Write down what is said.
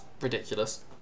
ridiculous